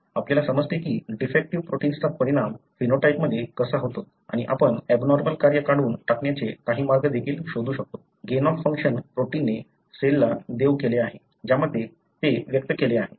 आपल्याला समजते की डिफेक्टीव्ह प्रोटिन्सचा परिणाम फेनोटाइपमध्ये कसा होतो आणि आपण एबनॉर्मल कार्य काढून टाकण्याचे काही मार्ग देखील शोधू शकतो गेन ऑफ फंक्शन प्रोटीनने सेलला देऊ केले आहे ज्यामध्ये ते व्यक्त केले आहे